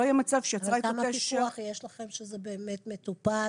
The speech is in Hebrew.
אבל יש לכם דיווח באמת שזה טופל,